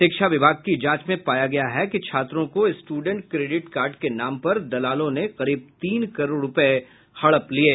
शिक्षा विभाग की जांच में पाया गया है कि छात्रों को स्टूडेंट क्रेडिट कार्ड के नाम पर दलालों ने करीब तीन करोड़ रूपये हड़प लिये